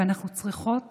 ואנחנו צריכות